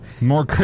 more